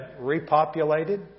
repopulated